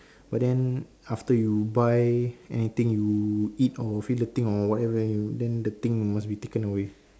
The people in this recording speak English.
but then after you buy anything you eat or feel the thing or whatever then y~ then the thing must be taken away